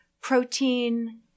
protein